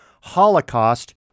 holocaust